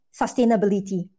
sustainability